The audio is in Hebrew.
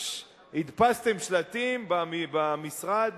פששש, הדפסתם שלטים במשרד